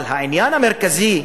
אבל העניין המרכזי,